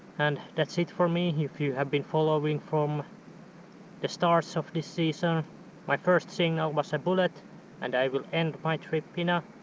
and that's it for me. if you have been following from the start of this season my first signal was a bullet and i will end my trip in a